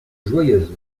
joyeuse